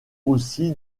aussi